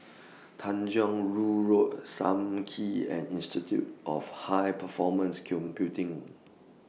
Tanjong Rhu Road SAM Kee and Institute of High Performance Computing